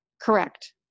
correct